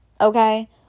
okay